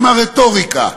עם הרטוריקה,